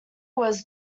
was